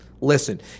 listen